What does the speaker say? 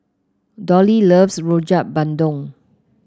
Dollie loves Rojak Bandung